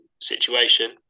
situation